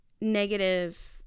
negative